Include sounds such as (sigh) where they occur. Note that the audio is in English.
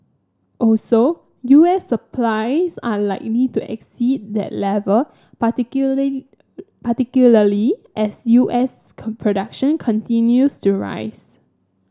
also U S supplies are likely to exceed that level (unintelligible) particularly as U S (unintelligible) production continues to rise